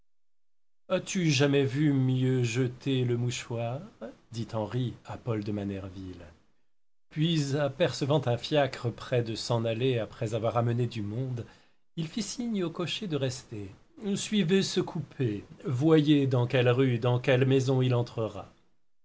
as-tu jamais vu mieux jeter le mouchoir dit henri à paul de manerville puis apercevant un fiacre prêt à s'en aller après avoir amené du monde il fit signe au cocher de rester suivez ce coupé voyez dans quelle rue dans quelle maison il